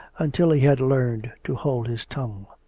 until he had learned to hold his tongue.